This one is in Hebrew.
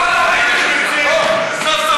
אוה, סוף-סוף